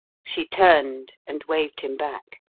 she turned and waved him back.